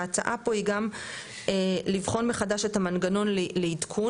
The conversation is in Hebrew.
וההצעה פה היא גם לבחון מחדש את המנגנון לעדכון,